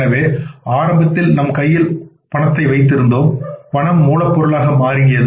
எனவே ஆரம்பத்தில் நாம் கையில் ஒரு பணத்தை வைத்திருந்தோம் பணத்தை மூலப்பொருளாக மாற்றினோம்